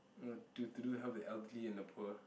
uh to to do help the elderly and the poor